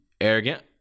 arrogant